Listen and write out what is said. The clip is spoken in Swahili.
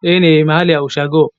Hii ni mahali ya ushago